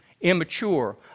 immature